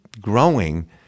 growing